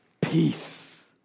Peace